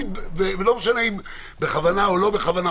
ולא משנה אם בכוונה או לא בכוונה,